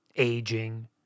aging